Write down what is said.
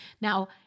Now